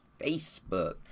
Facebook